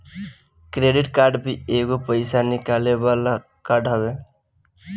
credit card भी एगो पईसा निकाले वाला कार्ड हवे